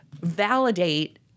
validate